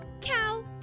Cow